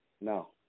No